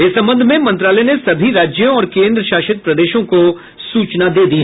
इस संबंध में मंत्रालय ने सभी राज्यों और केंद्र शासित प्रदेशों को सूचना दे दी है